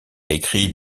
écrit